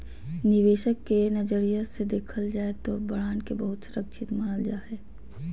निवेशक के नजरिया से देखल जाय तौ बॉन्ड के बहुत सुरक्षित मानल जा हइ